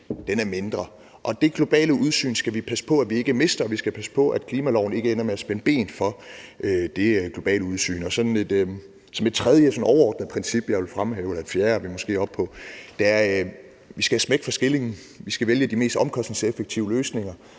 er mindre. Det globale udsyn skal vi passe på at vi ikke mister. Vi skal passe på, at klimaloven ikke ender med at spænde ben for det globale udsyn. Et tredje overordnet princip – vi er måske oppe på det fjerde – som jeg vil fremhæve, er, at vi skal have smæk for skillingen. Vi skal vælge de mest omkostningseffektive løsninger,